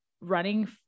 running